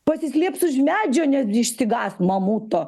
pasislėps už medžio nes išsigąs mamuto